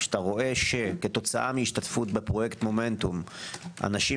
כשאתה רואה שכתוצאה מהשתתפות בפרויקט מומנטום הנשים